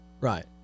Right